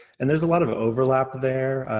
and there's a lot of overlap there.